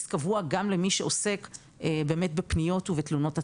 קבוע גם למי שעוסק בפניות ובתלונות הציבור.